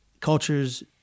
cultures